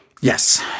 Yes